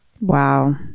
Wow